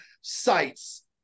sites